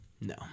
No